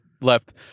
left